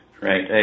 right